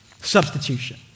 Substitution